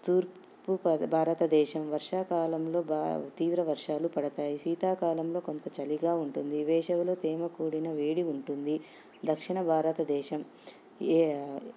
తూర్పు ప భారతదేశం వర్షాకాలంలో భ తీవ్ర వర్షాలు పడతాయి శీతాకాలంలో కొంత చలిగా ఉంటుంది వేసవిలో తేమకూడిన వేడి ఉంటుంది దక్షిణ భారతదేశం ఏ